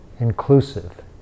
inclusive